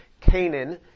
Canaan